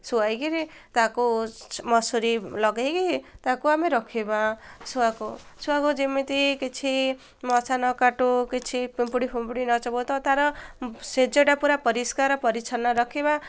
ଶୁଆଇକିରି ତାକୁ ମଶୁରୀ ଲଗେଇକି ତାକୁ ଆମେ ରଖିବା ଛୁଆକୁ ଛୁଆକୁ ଯେମିତି କିଛି ମଶା ନ କାଟୁ କିଛି ପିମ୍ପୁଡ଼ି ଫିମ୍ପୁଡ଼ି ନ ଚୋବୋଉ ତ ତାର ସେଜଟା ପୁରା ପରିଷ୍କାର ପରିଚ୍ଛନ୍ନ ରଖିବା